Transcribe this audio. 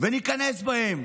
ו"ניכנס בהם",